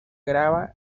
grava